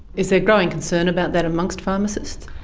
is there growing concern about that amongst pharmacists?